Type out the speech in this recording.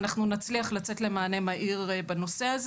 אנחנו נצליח לצאת למענה מהיר בנושא.